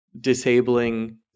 disabling